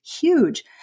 huge